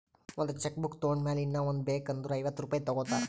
ಒಂದ್ check book ತೊಂಡ್ ಮ್ಯಾಲ ಇನ್ನಾ ಒಂದ್ ಬೇಕ್ ಅಂದುರ್ ಐವತ್ತ ರುಪಾಯಿ ತಗೋತಾರ್